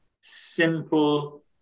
Simple